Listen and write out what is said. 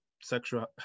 sexual